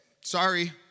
Sorry